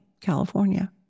California